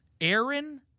Aaron